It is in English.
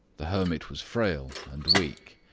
the hermit was frail and weak,